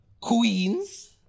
queens